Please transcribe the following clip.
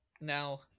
Now